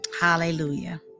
Hallelujah